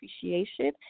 appreciation